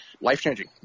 life-changing